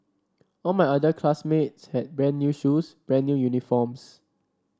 all my other classmates had brand new shoes brand new uniforms